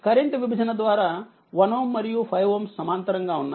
current విభజన ద్వారా 1Ωమరియు5Ωసమాంతరంగా ఉన్నాయి